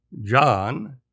John